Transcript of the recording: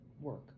work